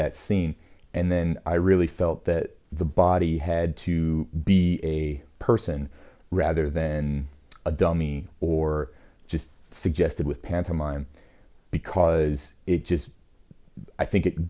that scene and then i really felt that the body had to be a person rather than a dummy or just suggested with pantomime because it just i think it